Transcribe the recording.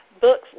books